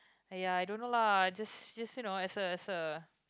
aiyah I don't know lah just just you know as a as a